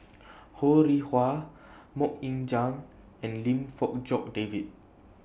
Ho Rih Hwa Mok Ying Jang and Lim Fong Jock David